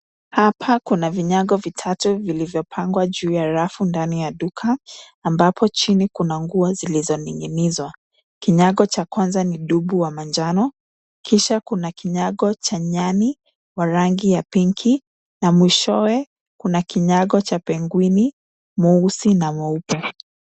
Hapa kuna vinyago vitatu vilivyopangwa juu ya rafu ndani ya duka. Ambapo chini kuna nguo zilizoning'inizwa. Kinyago cha kwanza ni dubu wa manjano, kisha kuna kinyago cha nyani wa rangi ya pinki na mwishowe kuna kinyago cha pengwini mweusi na mweupe.